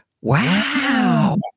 Wow